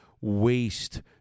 waste